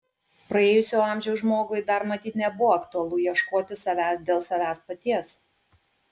praėjusio amžiaus žmogui dar matyt nebuvo aktualu ieškoti savęs dėl savęs paties